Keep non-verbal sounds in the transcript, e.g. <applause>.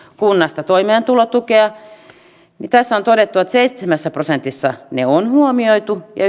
kunnasta toimeentulotukea tässä on todettu että seitsemässä prosentissa ne on huomioitu ja <unintelligible>